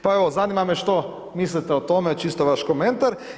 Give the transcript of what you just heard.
Pa evo, zanima me što mislite o tome, čisto vaš komentar.